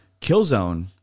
Killzone